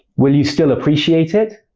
will you still appreciate it?